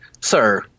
sir